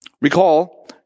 Recall